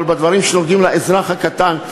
אבל בדברים שנוגעים לאזרח הקטן,